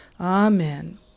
Amen